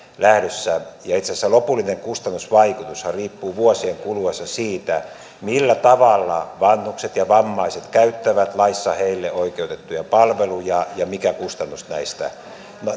lähdössä ja itse asiassa lopullinen kustannusvaikutushan riippuu vuosien kuluessa siitä millä tavalla vanhukset ja vammaiset käyttävät laissa heille oikeutettuja palveluja ja mikä kustannus näistä